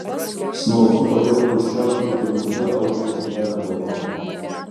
smalsu kodėl chruščiovkių pirmuose aukštuose nėra balkonų